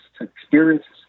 experiences